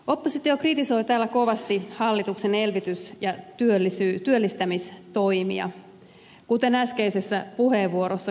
oppositio kritisoi täällä kovasti hallituksen elvytys ja työllistämistoimia kuten äskeisessä puheenvuorossa kuulimme